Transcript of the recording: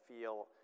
feel